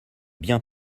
bien